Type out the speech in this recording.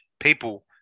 people